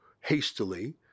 hastily